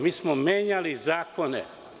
Mi smo menjali zakone.